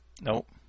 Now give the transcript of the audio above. Nope